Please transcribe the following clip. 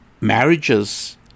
marriages